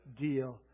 deal